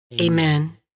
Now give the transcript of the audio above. Amen